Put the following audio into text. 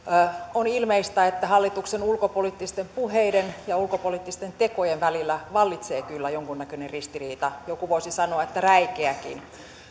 on ilmeistä että hallituksen ulkopoliittisten puheiden ja ulkopoliittisten tekojen välillä vallitsee kyllä jonkunnäköinen ristiriita joku voisi sanoa että räikeäkin